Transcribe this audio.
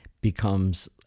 becomes